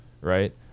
right